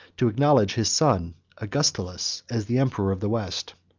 to acknowledge his son augustulus as the emperor of the west.